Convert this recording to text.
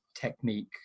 technique